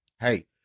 hey